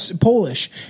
Polish